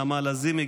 נעמה לזימי,